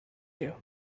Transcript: you